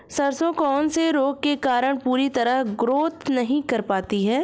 सरसों कौन से रोग के कारण पूरी तरह ग्रोथ नहीं कर पाती है?